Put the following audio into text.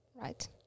right